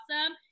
awesome